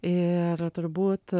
ir turbūt